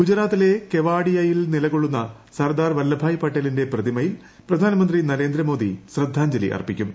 ഗുജറാത്തിലെ കെവാഡിയയിൽ നിലകൊള്ളുന്ന സർദാർ വല്ലഭ്ഭായി പട്ടേലിന്റെ പ്രതിമയിൽ പ്രധാനമന്ത്രി നരേന്ദ്ര മോദി ശ്രദ്ധാഞ്ജലി അർപ്പിക്കും